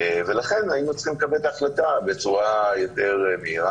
ולכן היינו צריכים לקבל את ההחלטה בצורה יותר מהירה.